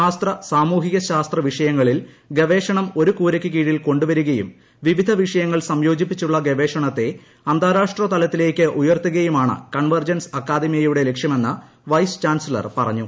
ശാസ്ത്ര സാമൂഹികശാസ്ത്ര വിഷയങ്ങളിൽ ഗവേഷണം ഒരേ കൂരയ്ക്കു കീഴിൽ കൊണ്ടുവരികയും വിവിധ വിഷയങ്ങൾ സംയോജിപ്പിച്ചുള്ള ഗവേഷണത്തെ അന്താരാഷ്ട്ര തലത്തിലേക്ക് ഉയർത്തുകയുമാണ് കൺവർജൻസ് അക്കാദമിയയുടെ ലക്ഷ്യമെന്ന് വൈസ് ചാൻസലർ പറഞ്ഞു